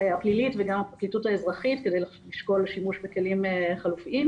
הפלילית וגם הפרקליטות האזרחית כדי לשקול שימוש בכלים חלופיים,